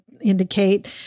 indicate